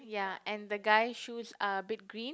ya and the guy shoes are a bit green